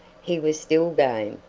he was still game,